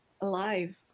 alive